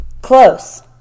Close